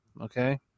okay